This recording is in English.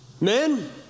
men